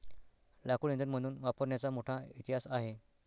लाकूड इंधन म्हणून वापरण्याचा मोठा इतिहास आहे